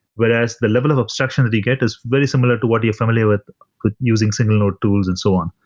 whereas, the level of abstraction that you get is very similar to what you're familiar with using single node tools and so on.